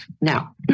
now